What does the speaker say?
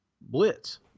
blitz